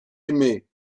aimé